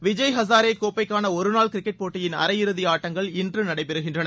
விஜய் ஹசாரே கோப்பைக்கான ஒரு நாள் கிரிக்கெட் போட்டியின் அரையிறுதி ஆட்டங்கள் இன்று நடைபெறுகின்றன